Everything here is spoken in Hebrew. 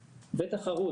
ותחרות.